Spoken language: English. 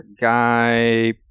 Guy